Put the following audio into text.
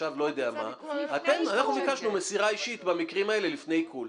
אנחנו ביקשנו מסירה אישית במקרים האלה לפני עיקול.